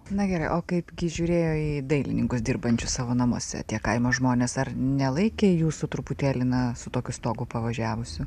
na gerai o kaip gi žiūrėjo į dailininkus dirbančius savo namuose tie kaimo žmonės ar nelaikė jūsų truputėlį na su tokiu stogu pavažiavusiu